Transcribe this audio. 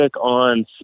on